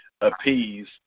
appease